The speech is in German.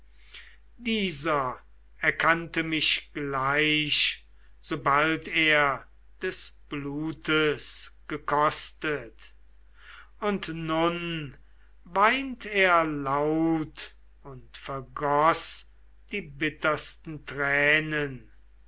dieser erkannte mich gleich sobald er des blutes gekostet und nun weint er laut und vergoß die bittersten tränen